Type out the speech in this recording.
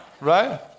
Right